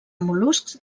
mol·luscs